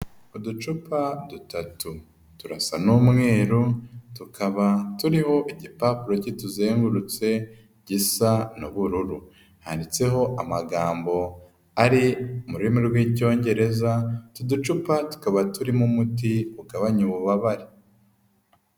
Uducupa dutatu turasa n'umweru tukaba turiho igipapuro kituzengurutse gisa n'ubururu. Handitseho amagambo ari mu rurimi rw'Icyongereza, utu ducupa tukaba turimo umuti ugabanya ububabare.